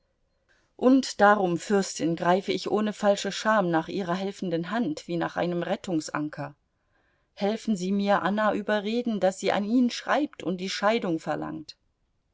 und darum fürstin greife ich ohne falsche scham nach ihrer helfenden hand wie nach einem rettungsanker helfen sie mir anna überreden daß sie an ihn schreibt und die scheidung verlangt